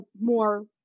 more